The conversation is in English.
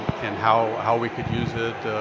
and how, how we could use it.